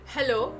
Hello